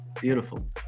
Beautiful